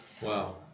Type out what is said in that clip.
Wow